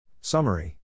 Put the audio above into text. Summary